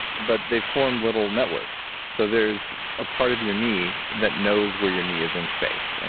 but they form little networks, so there's a part of your knee that knows where your knee is in space, and